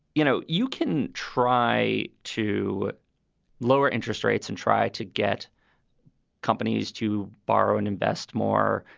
you know, you can try to lower interest rates and try to get companies to borrow and invest more.